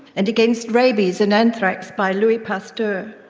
and against rabies and anthrax by louis pasteur.